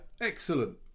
Excellent